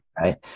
Right